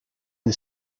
the